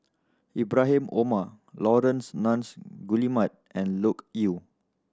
Ibrahim Omar Laurence Nunns Guillemard and Loke Yew